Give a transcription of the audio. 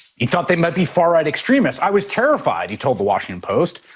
he thought they might be far-right extremists. i was terrified, he told the washington post.